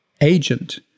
agent